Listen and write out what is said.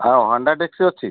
ଆଉ ହଣ୍ଡା ଡେକ୍ଚି ଅଛି